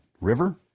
River